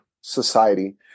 society